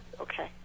Okay